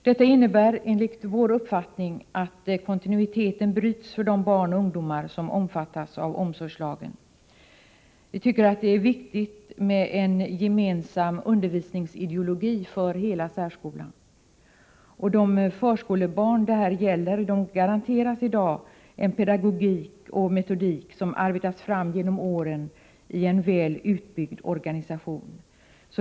Detta innebär enligt vår uppfattning att kontinuiteten bryts för de barn och ungdomar som omfattas av omsorgslagen. Vi tycker att det är viktigt med en gemensam undervisningsideologi för hela särskolan. De förskolebarn det här gäller garanteras i dag en pedagogik och metodik som arbetats fram genom åren i en väl utbyggd organisation.